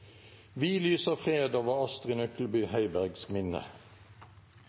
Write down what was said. Vi lyser fred over Astrid Nøklebye Heibergs minne.